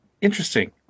interesting